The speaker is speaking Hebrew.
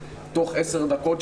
תוך עשר דקות,